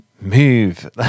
move